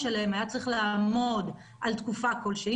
שלהם היה צריך לעמוד על תקופה כלשהי,